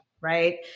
right